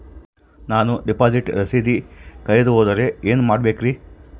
ನಾನು ಡಿಪಾಸಿಟ್ ರಸೇದಿ ಕಳೆದುಹೋದರೆ ಏನು ಮಾಡಬೇಕ್ರಿ?